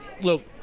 look